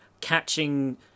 catching